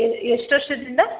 A ಎಷ್ಟು ವರ್ಷದಿಂದ